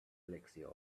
elixir